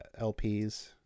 lps